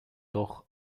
doch